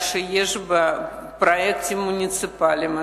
פרויקטים מוניציפליים.